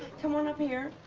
come on up here.